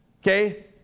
Okay